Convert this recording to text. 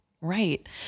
Right